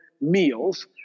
meals